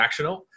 transactional